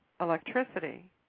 electricity